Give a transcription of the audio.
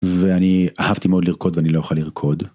ואני אהבתי מאוד לרקוד ואני לא אוכל לרקוד.